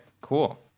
cool